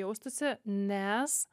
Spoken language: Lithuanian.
jaustųsi nes